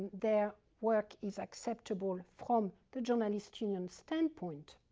their work is acceptable from the journalist union's standpoint,